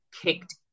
kicked